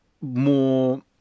more